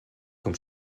com